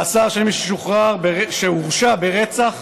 תודה, אדוני היושב-ראש.